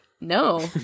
No